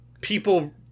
People